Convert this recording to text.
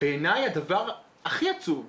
מה שהכי עצוב בעיניי,